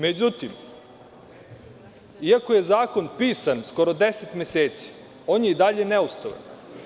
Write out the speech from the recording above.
Međutim, iako je zakon pisan skoro deset meseci, on je i dalje neustavan.